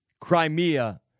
Crimea